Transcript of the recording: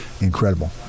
incredible